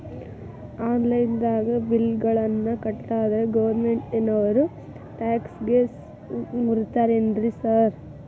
Online ದಾಗ bill ಗಳನ್ನಾ ಕಟ್ಟದ್ರೆ ಗೋರ್ಮೆಂಟಿನೋರ್ ಟ್ಯಾಕ್ಸ್ ಗೇಸ್ ಮುರೇತಾರೆನ್ರಿ ಸಾರ್?